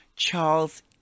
Charles